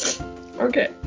Okay